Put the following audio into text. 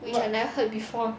which I never heard before